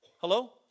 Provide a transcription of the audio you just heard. Hello